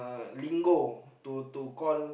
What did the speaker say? lingo to to call